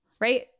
Right